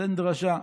נותן דרשה,